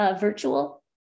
virtual